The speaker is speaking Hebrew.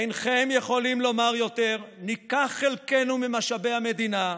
אינכם יכולים לומר יותר: ניקח חלקנו ממשאבי המדינה,